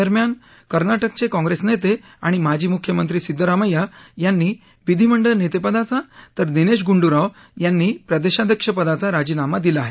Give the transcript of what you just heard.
दरम्यान कर्नाटकचे काँग्रेस नेते आणि माजी मुख्यमंत्री सिद्धरामय्या यांनी विधीमंडळ नेतेपदाचा तर दिनेश गुंडू राव यांनी प्रदेशाध्यक्ष पदाचा राजीनामा दिला आहे